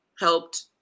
helped